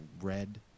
red